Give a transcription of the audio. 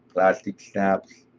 plastic snaps,